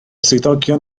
swyddogion